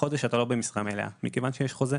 החודש אתה לא במשרה מלאה, מכיוון שיש חוזה.